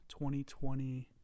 2020